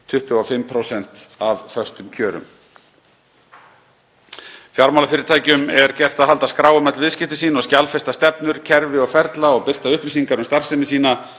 25% af föstum kjörum. Fjármálafyrirtækjum er gert að halda skrá um öll viðskipti sín og skjalfesta stefnur, kerfi og ferla og birta upplýsingar um starfsemi sína